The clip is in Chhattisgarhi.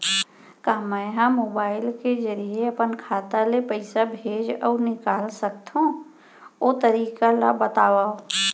का मै ह मोबाइल के जरिए अपन खाता ले पइसा भेज अऊ निकाल सकथों, ओ तरीका ला बतावव?